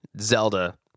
Zelda